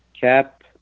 cap